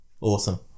Awesome